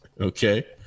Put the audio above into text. Okay